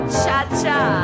cha-cha